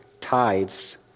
tithes